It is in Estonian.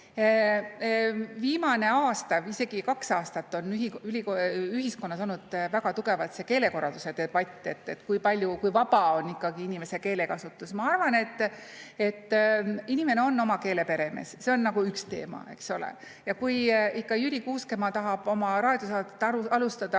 Viimasel aastal või isegi kaks aastat on ühiskonnas olnud väga tugevalt see keelekorralduse debatt, et kui vaba ikkagi on inimese keelekasutus. Ma arvan, et inimene on oma keele peremees. See on nagu üks teema, eks ole. Kui Jüri Kuuskemaa ikka tahab oma raadiosaadet alustada